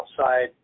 outside